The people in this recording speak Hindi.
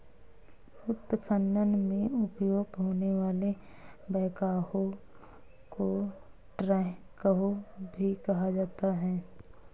उत्खनन में उपयोग होने वाले बैकहो को ट्रैकहो भी कहा जाता है